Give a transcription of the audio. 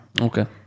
Okay